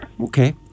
Okay